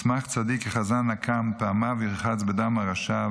ישמח צדיק כי חזה נקם פעמיו ירחץ בדם הרָשע.